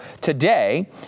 today